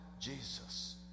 Jesus